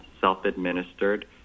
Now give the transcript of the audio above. self-administered